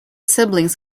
siblings